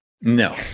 No